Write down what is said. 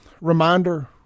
Reminder